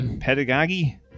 Pedagogy